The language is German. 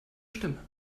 stimme